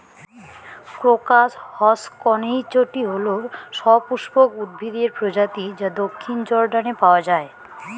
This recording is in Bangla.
ক্রোকাস হসকনেইচটি হল সপুষ্পক উদ্ভিদের প্রজাতি যা দক্ষিণ জর্ডানে পাওয়া য়ায়